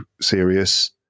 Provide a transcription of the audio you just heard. serious